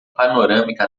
panorâmica